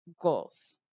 goals